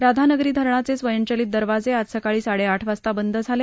राधानगरी धरणाचे स्वयंचलित दरवाजे आज सकाळी साडेआठ वाजता बंद झाले